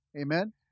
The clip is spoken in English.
Amen